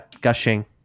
gushing